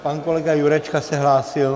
Pan kolega Jurečka se hlásil?